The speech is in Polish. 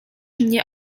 mnie